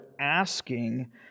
asking